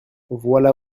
voilà